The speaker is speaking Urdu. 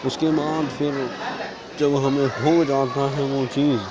اس کے بعد پھر جب ہمیں ہو جاتا ہے وہ چیز